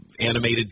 animated